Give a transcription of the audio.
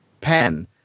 pen